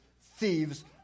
thieves